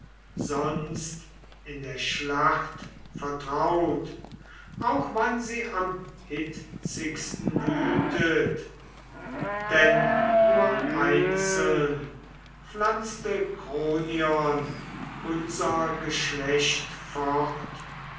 sonst in der schlacht vertraut auch wann sie am hitzigsten wütet denn nur einzeln pflanzte kronion unser geschlecht fort